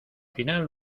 final